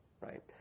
right